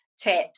tips